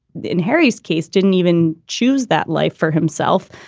in harry's case, didn't even choose that life for himself.